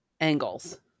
angles